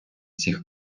цих